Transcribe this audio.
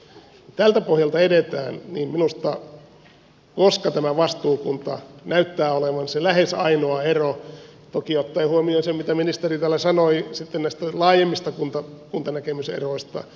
kun tältä pohjalta edetään niin tämä vastuukunta näyttää olevan se lähes ainoa ero toki ottaen huomioon sen mitä ministeri täällä sanoi näistä laajemmista kuntanäkemyseroista